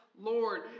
Lord